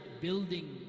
building